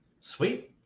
Sweet